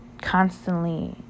constantly